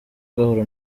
gahoro